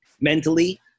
mentally